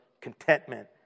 contentment